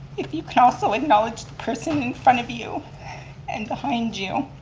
if you can also acknowledge the person in front of you and behind you,